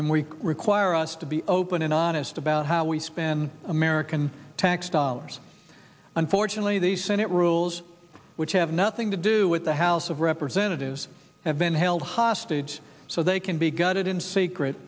and we require us to be open and honest about how we spend american tax dollars unfortunately the senate rules which have nothing to do with the house of representatives have been held hostage so they can be gutted in secret